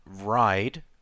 ride